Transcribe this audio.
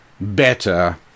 better